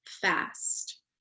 fast